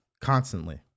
constantly